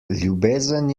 ljubezen